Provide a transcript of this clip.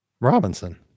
Robinson